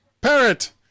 Parrot